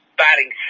batting